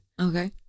Okay